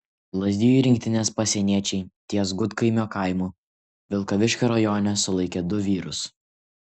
lazdijų rinktinės pasieniečiai ties gudkaimio kaimu vilkaviškio rajone sulaikė du vyrus